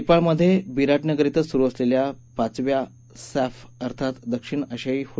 नगळमध्याविराजगर इथं सुरू असलल्या पाचव्या सॅफ अर्थात दक्षिण आशियाई फू